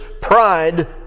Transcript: Pride